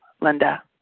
Linda